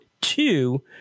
two